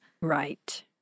Right